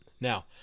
Now